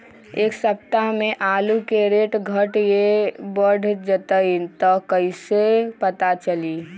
एक सप्ताह मे आलू के रेट घट ये बढ़ जतई त कईसे पता चली?